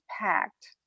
packed